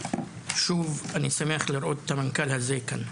ושוב אני שמח לראות את המנכ"ל הזה כאן.